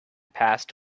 past